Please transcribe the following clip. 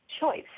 choice